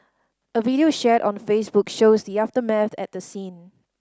a video shared on Facebook shows the aftermath at the scene